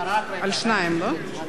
רק רגע, מה זה דיון משולב?